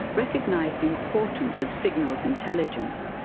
recognised the importance of signals intelligence.